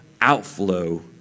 outflow